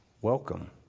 Welcome